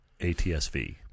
ATS-V